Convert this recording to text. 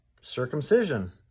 Circumcision